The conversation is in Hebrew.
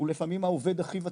הוא לפעמים העובד הכי וותיק,